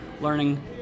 learning